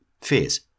fears